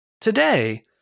Today